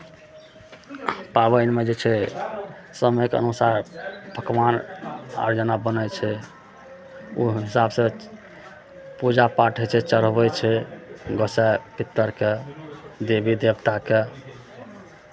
पाबनिमे जे छै समयके अनुसार पकवान आर जेना बनै छै ओहि हिसाबसँ पूजापाठ होइ छै चढ़बै छै गोसाँइ पितरकेँ देवी देवताकेँ